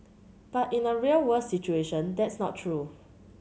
but in a real world situation that's not true